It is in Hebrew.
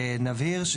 נבהיר,